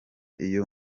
iyo